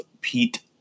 Pete